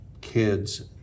kids